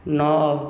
ନଅ